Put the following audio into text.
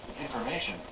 information